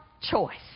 choice